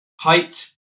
height